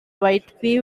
whitby